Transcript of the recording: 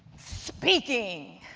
speaking.